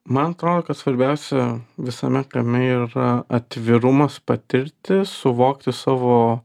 man atrodo kad svarbiausia visame kame yra atvirumas patirti suvokti savo